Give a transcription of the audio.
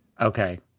Okay